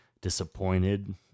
disappointed